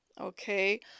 Okay